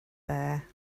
there